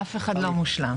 אף אחד לא מושלם...